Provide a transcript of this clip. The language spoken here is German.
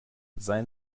seien